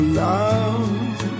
love